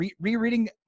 rereading